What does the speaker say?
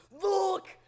Look